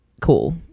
cool